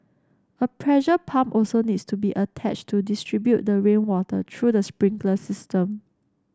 her pressure pump also needs to be attached to distribute the rainwater through the sprinkler system